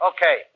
Okay